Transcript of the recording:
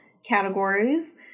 categories